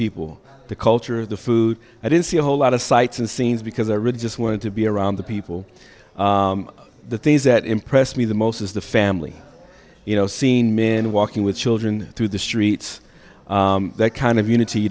people the culture the food i didn't see a whole lot of sights and scenes because i really just wanted to be around the people the things that impressed me the most is the family you know seen men walking with children through the streets that kind of unity you